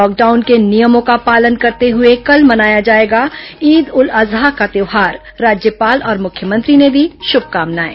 lockdown के नियमों का पालन करते हुए कल मनाया जाएगा ईद उल अजहा का त्यौहार राज्यपाल और मुख्यमंत्री ने दी शुभकामनाएं